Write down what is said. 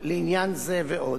לעניין זה ועוד.